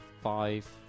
five